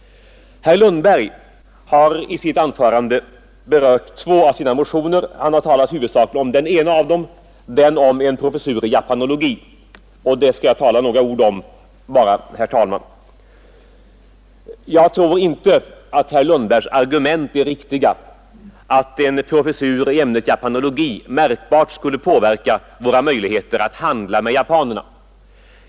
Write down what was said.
Herr Lundberg har i sitt anförande berört sina två motioner. Han har talat huvudsakligen om den ena av dem, den om en professur i japanologi, och om den skall jag be att få säga några ord, herr talman. Jag anser inte att herr Lundbergs argument är riktiga, att en professur i 43 ämnet japanologi märkbart skulle inverka på våra möjligheter att handla med japanerna.